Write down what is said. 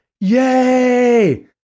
Yay